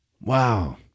Wow